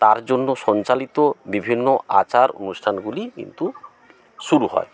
তার জন্য সঞ্চালিত বিভিন্ন আচার অনুষ্ঠানগুলি কিন্তু শুরু হয়